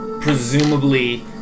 Presumably